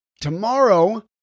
Tomorrow